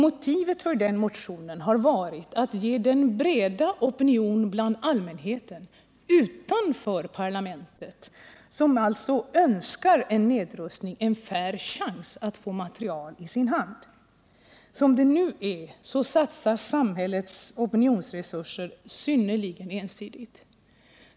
Motivet för den motionen har varit att ge den breda opinionen bland allmänheten utanför parlamentet som önskar en nedrustning en fair chans att få material i sin hand. Som det nu är satsas samhällets opinionsresurser synnerligen ensidigt.